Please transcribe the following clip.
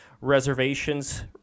reservations